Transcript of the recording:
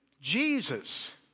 Jesus